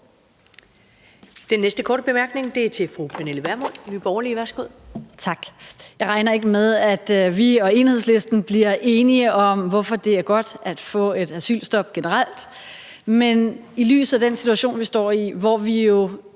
Nye Borgerlige. Værsgo. Kl. 13:14 Pernille Vermund (NB): Tak. Jeg regner ikke med, at vi og Enhedslisten bliver enige om, hvorfor det er godt at få et asylstop generelt, men i lyset af den situation, vi står i, hvor vi jo